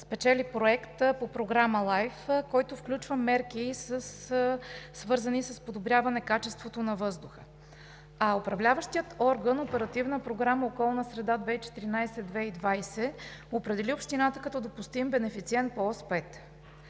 спечели проект по Програма LIFE, който включва мерки, свързани с подобряване качеството на въздуха, а управляващият орган – Оперативна програма „Околна среда 2014 – 2020 г.“, определи общината като допустим бенефициент по Ос 5.